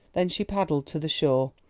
then she paddled to the shore.